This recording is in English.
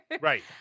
right